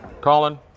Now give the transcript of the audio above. colin